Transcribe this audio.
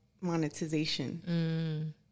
monetization